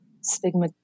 stigma